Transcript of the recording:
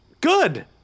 Good